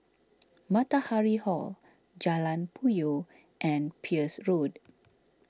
Matahari Hall Jalan Puyoh and Peirce Road